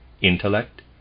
intellect